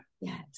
Yes